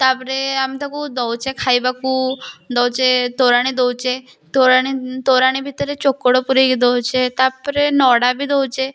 ତାପରେ ଆମେ ତାକୁ ଦେଉଛୁ ଖାଇବାକୁ ଦେଉଛୁ ତୋରାଣୀ ଦଉଛୁ ତୋରାଣୀ ତୋରାଣୀ ଭିତରେ ଚୋକଡ଼ ପୁରେଇକି ଦେଉଛୁ ତାପରେ ନଡ଼ା ବି ଦେଉଛୁ